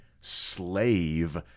slave